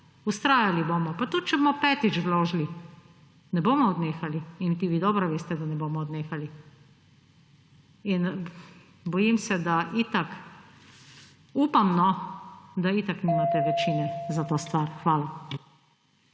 vztrajali bomo, pa tudi če bomo petič vložili, ne bomo odnehali! In tudi dobro veste, da ne bomo odnehali. Bojim se, da itak … Upam, da itak nimate večine za to stvar. Hvala.